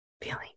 feeling